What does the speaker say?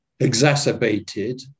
exacerbated